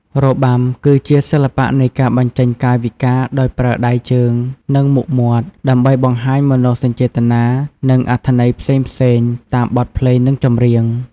របាំ គឺជាសិល្បៈនៃការបញ្ចេញកាយវិការដោយប្រើដៃជើង និងមុខមាត់ ដើម្បីបង្ហាញមនោសញ្ចេតនា និងអត្ថន័យផ្សេងៗ តាមបទភ្លេងនិងចម្រៀង។